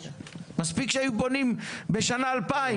מספיק שהיו בונים בשנה 2,000,